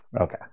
Okay